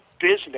business